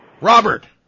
Robert